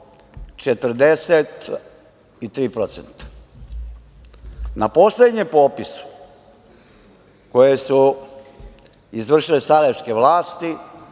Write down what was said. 43%. Na poslednjem popisu, koji su izvršile sarajevske vlasti,